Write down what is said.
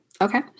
Okay